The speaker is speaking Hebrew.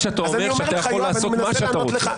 אתה אומר שאתה יכול לעשות מה שאתה רוצה.